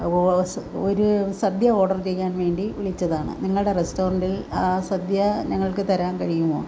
ഒരു സദ്യ ഓർഡറ് ചെയ്യാൻ വേണ്ടി വിളിച്ചതാണ് നിങ്ങളുടെ റസ്റ്റോറൻ്റിൽ ആ സദ്യ ഞങ്ങൾക്ക് തരാൻ കഴിയുമോ